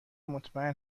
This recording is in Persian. مطمئن